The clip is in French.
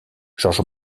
george